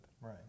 Right